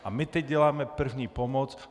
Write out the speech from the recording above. A my teď děláme první pomoc.